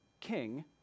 king